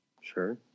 Sure